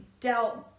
dealt